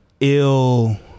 ill